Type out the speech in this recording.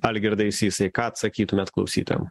algirdai sysai ką atsakytumėt klausytojam